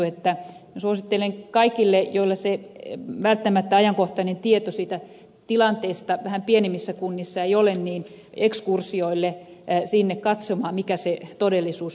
minä suosittelen kaikille joilla ei välttämättä ajankohtaista tietoa tilanteesta vähän pienemmissä kunnissa ole ekskursioille katsomaan mikä se todellisuus on